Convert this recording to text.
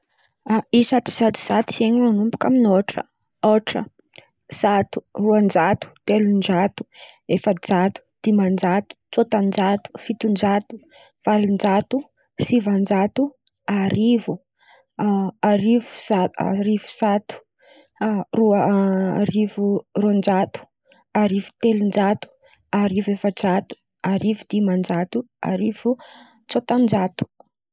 Isa tsizatozato zen̈y manomboka amin̈'ny ôhatra zato, roan-jato, telon-jato, efa-jato, diman-jato, tsôtan-jato, fiton-jato, valon-jato, sivan-jato, arivo, arivo zato, arivo roan-jato, arivo telon-jato, arivo efa-jato, arivo diman-jato, arivo tsôtan-jato.